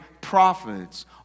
prophets